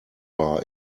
bar